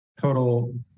total